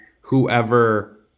whoever